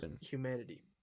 humanity